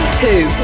two